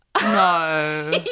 No